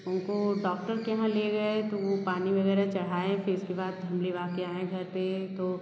उनको डॉक्टर के यहाँ ले गए तो वो पानी वग़ैरह चढ़ाए फिर इसके बाद हम ले वा के आए घर पर तो